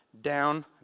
down